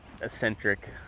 eccentric